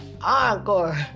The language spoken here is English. Encore